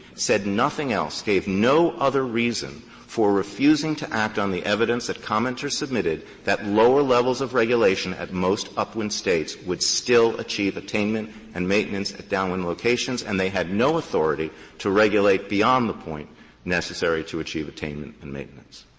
said nothing else, gave no other reason for refusing to act on the evidence that commenters submitted that lower levels of regulation at most upwind states would still achieve attainment and maintenance at downwind locations, and they had no authority to regulate beyond the point necessary to achieve attainment and maintenance.